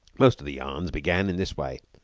most of the yarns began in this way